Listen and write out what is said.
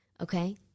okay